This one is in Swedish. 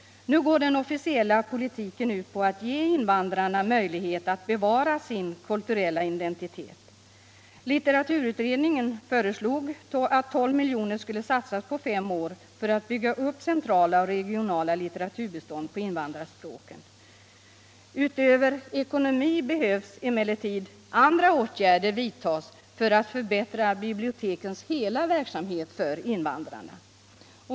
Nu går den officiella politiken ut på att ge invandrarna möjlighet att bevara sin kulturella identitet. Litteraturutredningen föreslog att 12 milj.kr. skulle satsas på fem år för att bygga upp centrala och regionala litteraturbestånd på invandrarspråken. Utöver åtgärder på det ekonomiska området måste åtgärder vidtas för att förbättra bibliotekens hela verksamhet för invandrarna.